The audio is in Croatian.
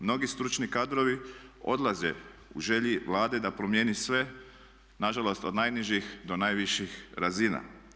Mnogi stručni kadrovi odlaze u želji Vlade da promijeni sve, nažalost od najnižih do najviših razina.